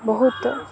ବହୁତ